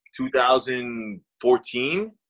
2014